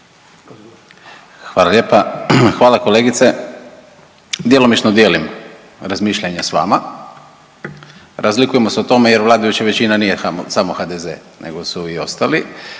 Hvala lijepa. Hvala kolegice, djelomično dijelim razmišljanja s vama. Razlikujemo se u tome jer vladajuća većina nije samo HDZ nego su i ostali,